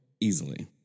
Easily